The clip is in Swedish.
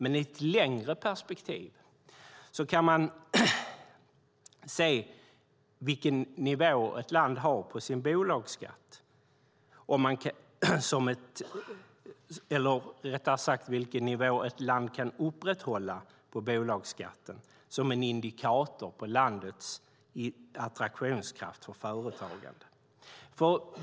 I ett längre perspektiv kan man dock se att vilken nivå ett land kan upprätthålla på bolagsskatten fungerar som en indikator på landets attraktionskraft för företagande.